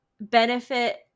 benefit